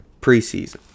preseason